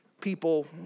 people